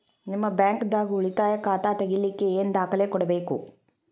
ನಿಮ್ಮ ಬ್ಯಾಂಕ್ ದಾಗ್ ಉಳಿತಾಯ ಖಾತಾ ತೆಗಿಲಿಕ್ಕೆ ಏನ್ ದಾಖಲೆ ಬೇಕು?